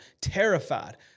terrified